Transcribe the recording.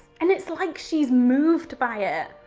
and it's like she's moved by it,